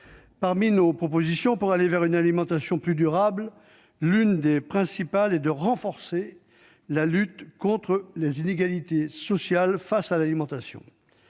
principales propositions pour aller vers une alimentation plus durable est de renforcer la lutte contre les inégalités sociales face à l'alimentation.